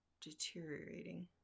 deteriorating